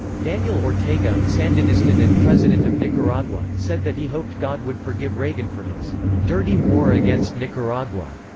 daniel ortega, sandinistan and president of nicaragua, said that he hoped god would forgive reagan for his dirty war against nicaragua.